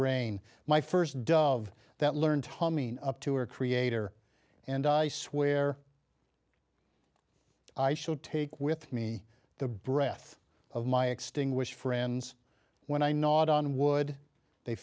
rain my first dove that learned humming up to our creator and i swear i shall take with me the breath of my extinguish friends when i nod on would they